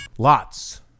Lots